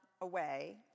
away